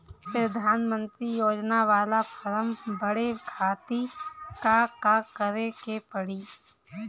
प्रधानमंत्री योजना बाला फर्म बड़े खाति का का करे के पड़ी?